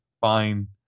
fine